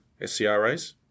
scras